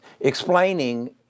explaining